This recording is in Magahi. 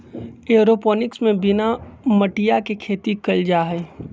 एयरोपोनिक्स में बिना मटिया के खेती कइल जाहई